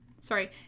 Sorry